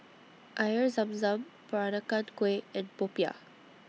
Air Zam Zam Peranakan Kueh and Popiah